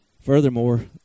Furthermore